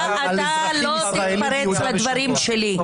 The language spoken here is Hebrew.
אתה לא תתפרץ לדברים שלי,